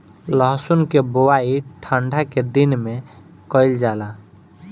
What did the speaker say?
लहसुन के बोआई ठंढा के दिन में कइल जाला